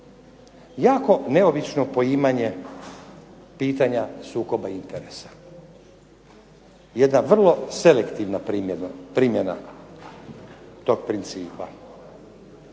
Jako neobično poimanje pitanja sukoba interesa. Jedna vrlo selektivna primjena tog principa